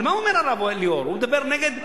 על מה אומר הרב ליאור, הוא מדבר נגד ערבים,